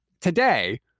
today